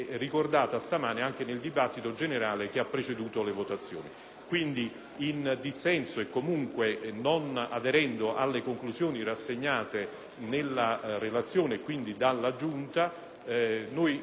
dalla Giunta e, comunque, non aderendo alle conclusioni rassegnate nella relazione dalla Giunta stessa, riteniamo che la vicenda e le espressioni rese